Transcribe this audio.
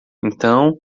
então